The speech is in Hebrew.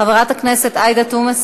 חברת הכנסת עאידה תומא סלימאן,